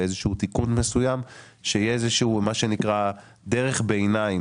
באיזשהו תיקון מסוים שתהיה איזשהו מה שנקרא דרך ביניים